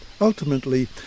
Ultimately